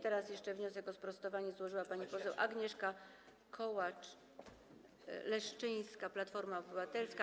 Teraz jeszcze wniosek o sprostowanie złożyła pani poseł Agnieszka Kołacz-Leszczyńska, Platforma Obywatelska.